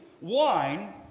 wine